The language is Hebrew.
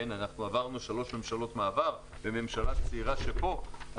עברנו שלוש ממשלות מעבר וממשלה צעירה שפה,